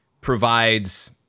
provides